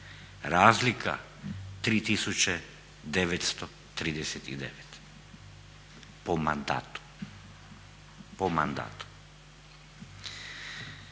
Razlika 3 tisuće 939. po mandatu. Po mandatu.